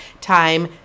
time